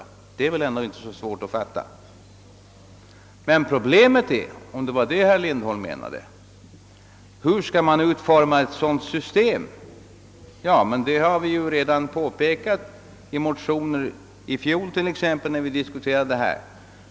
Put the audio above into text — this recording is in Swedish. Detta är väl ändå inte så svårt att fatta. Men om herr Lindholm menar att problemet gäller själva utformningen av ett sådant system, så vill jag påpeka att vi berört den saken bl.a. i tidigare motioner.